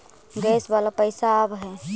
Gas वाला पैसा आव है?